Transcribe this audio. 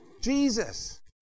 Jesus